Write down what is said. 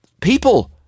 people